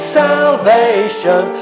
salvation